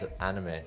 anime